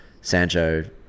Sancho